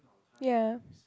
ya